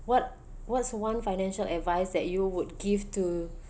what what's one financial advice that you would give to